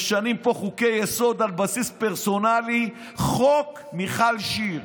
משנים פה חוקי-יסוד על בסיס פרסונלי: חוק מיכל שיר,